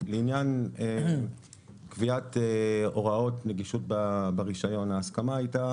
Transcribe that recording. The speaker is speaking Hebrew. לעניין קביעת הוראות נגישות ברישיון ההסכמה הייתה